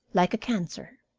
like a cancer.